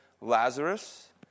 Lazarus